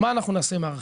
מה נעשה מערכתית?